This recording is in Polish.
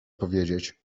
powiedzieć